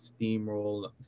steamroll